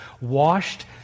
Washed